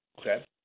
Okay